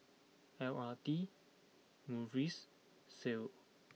L R T Muis Sal